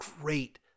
great